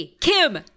Kim